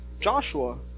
Joshua